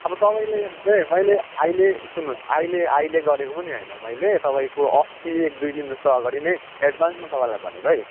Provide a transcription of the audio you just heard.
अब तपाईँले चाहिँ मैले अहिले सुन्नुहोस् अहिले अहिले गरेको पनि होइन मैले तपाईँको अस्ति एक दुई दिन जस्तो अगाडि नै एड्भान्समा तपाईँलाई भनेको है